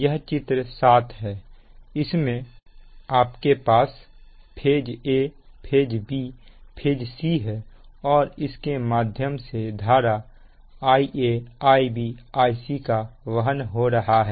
यह चित्र 7 है इसमें आपके पास phase a phase b phase c है और इसके माध्यम से धारा Ia Ib Ic का वहन हो रहा है